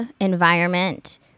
environment